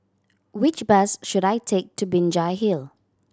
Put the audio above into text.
which bus should I take to Binjai Hill